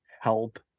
help